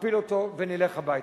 אפיל אותו ונלך הביתה.